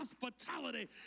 hospitality